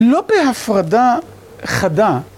לא בהפרדה חדה.